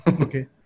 Okay